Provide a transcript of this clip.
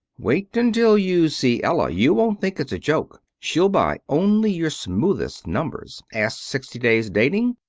wait until you see ella you won't think it's a joke. she'll buy only your smoothest numbers, ask sixty days' dating,